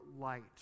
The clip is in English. light